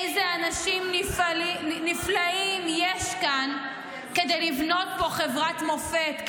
איזה אנשים נפלאים יש כאן כדי לבנות פה חברת מופת,